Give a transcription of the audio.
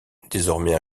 désormais